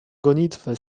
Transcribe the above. gonitwę